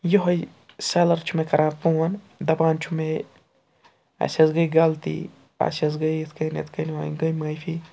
یہوٚے سٮ۪لَر چھُ مےٚ کَران فون دَپان چھُ مےٚ اَسہِ حظ گٔے غلطی اَسہِ حظ گٔے یِتھ کٔنۍ یِتھ کٔنۍ وۄنۍ گٔے معٲفی